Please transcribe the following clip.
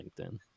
LinkedIn